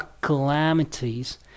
calamities